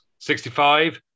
65